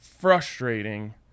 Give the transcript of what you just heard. frustrating